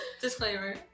Disclaimer